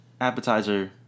Appetizer